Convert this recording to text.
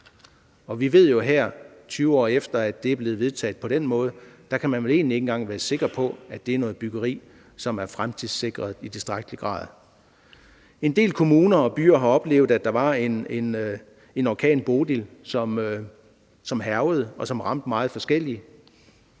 Og vi ved jo, her 20 år efter at det er blevet vedtaget, at man på den måde ikke engang kan være sikker på, at det er noget byggeri, som er fremtidssikret i tilstrækkelig grad. En del kommuner og byer har oplevet, at der var en orkan, »Bodil«, som hærgede, og som ramte meget forskelligt.